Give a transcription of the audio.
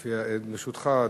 ברשותך,